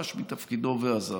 פרש מתפקידו ועזב.